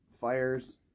Fires